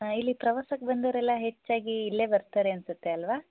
ಹಾಂ ಇಲ್ಲಿ ಪ್ರವಾಸಕ್ಕೆ ಬಂದೋರೆಲ್ಲ ಹೆಚ್ಚಾಗಿ ಇಲ್ಲೇ ಬರ್ತಾರೆ ಅನಿಸುತ್ತೆ ಅಲ್ವಾ